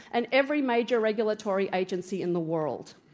and every major regulatory agency in the world.